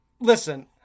Listen